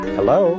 Hello